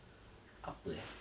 apa eh